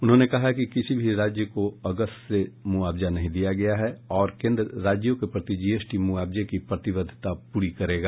उन्होंने कहा कि किसी भी राज्य को अगस्त से मुआवजा नहीं दिया गया है और केन्द्र राज्यों के प्रति जीएसटी मुआवजे की प्रतिबद्धता पूरी करेगा